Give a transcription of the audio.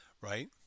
right